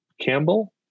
campbell